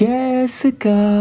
Jessica